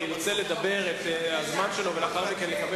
ירצה לדבר את הזמן שלו ולאחר מכן לקבל